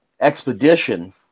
expedition